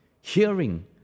Hearing